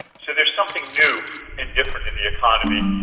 so there's something new and different in the economy,